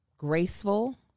graceful